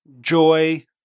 Joy